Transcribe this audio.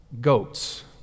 goats